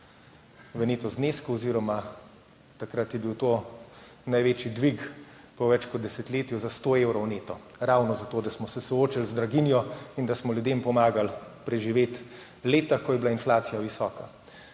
v neto znesku oziroma, takrat je bil to največji dvig po več kot desetletju, za 100 evrov neto, ravno zato da smo se soočili z draginjo in da smo ljudem pomagali preživeti leta, ko je bila inflacija visoka.